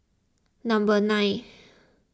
number nine